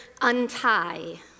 untie